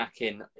snacking –